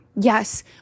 Yes